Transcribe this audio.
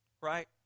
Right